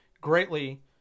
greatly